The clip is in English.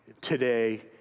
today